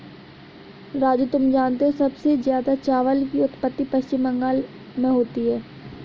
राजू तुम जानते हो सबसे ज्यादा चावल की उत्पत्ति पश्चिम बंगाल में होती है